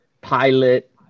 pilot